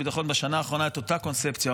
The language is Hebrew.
וביטחון בשנה האחרונה את אותה קונספציה,